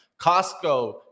Costco